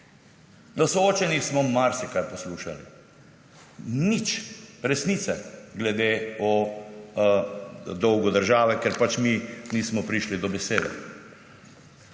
Na soočenjih smo marsikaj poslušali, nič resnice glede o dolgu države, ker pač mi nismo prišli do besede.